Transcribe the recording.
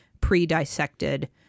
pre-dissected